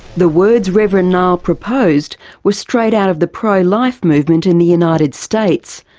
the words reverend nile proposed were straight out of the pro-life movement in the united states,